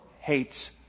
hates